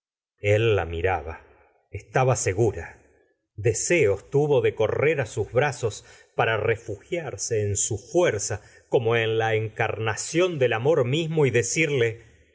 él la miraba estaba segura deseos tuvo de correr á su brazos para refugiarse en su fuerza como en la encarnación del amor mis gustavo flaubert mo y de decirle